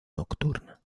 nocturna